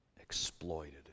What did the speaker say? exploited